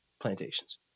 plantations